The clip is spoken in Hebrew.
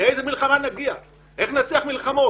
לאיזו מלחמה נגיע, איך ננצח מלחמות?